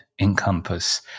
encompass